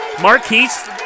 Marquise